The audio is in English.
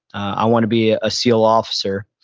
i want to be a seal officer.